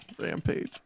Rampage